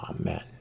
Amen